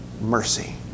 mercy